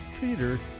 Peter